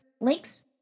links